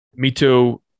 Mito